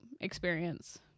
experience